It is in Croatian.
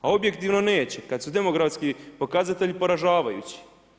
A objektivno neće kad su demografski pokazatelji poražavajući.